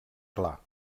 clar